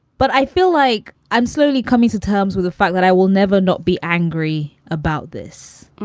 but i feel like i'm slowly coming to terms with the fact that i will never not be angry about this.